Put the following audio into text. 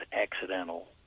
accidental